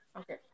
okay